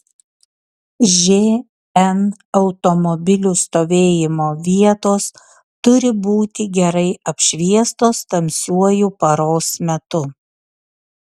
žn automobilių stovėjimo vietos turi būti gerai apšviestos tamsiuoju paros metu